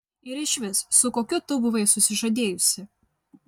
ir išvis su kokiu tu buvai susižadėjusi